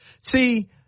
See